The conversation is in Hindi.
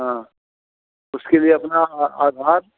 हाँ उसके लिए अपना आ आधार